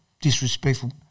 Disrespectful